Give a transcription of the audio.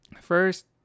first